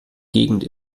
gegend